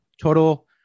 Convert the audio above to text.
total